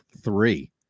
three